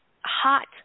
hot